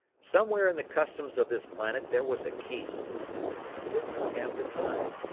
somewhere in the customs of this planet there was a key but he did not have the time.